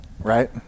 Right